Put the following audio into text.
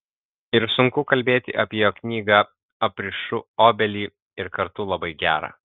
ir sunku kalbėti apie jo knygą aprišu obelį ir kartu labai gera